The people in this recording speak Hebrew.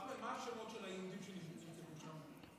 אחמד, מה השמות של היהודים שנרצחו שם?